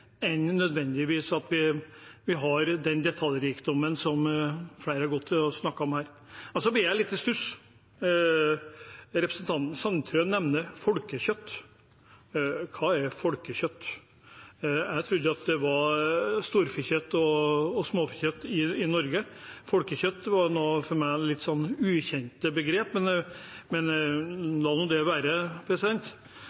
at vi nødvendigvis har den detaljrikdommen som flere har snakket om her. Så blir jeg litt i stuss. Representanten Sandtrøen nevner folkekjøtt. Hva er folkekjøtt? Jeg trodde det var storfekjøtt og småfekjøtt i Norge. «Folkekjøtt» var for meg et litt ukjent begrep, men